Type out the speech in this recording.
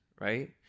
right